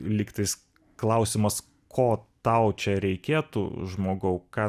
lygtais klausimas ko tau čia reikėtų žmogau ką